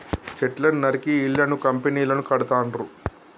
చెట్లను నరికి ఇళ్లను కంపెనీలను కడుతాండ్రు